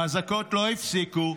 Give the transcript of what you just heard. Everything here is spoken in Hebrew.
האזעקות לא הפסיקו,